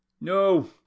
No